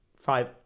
five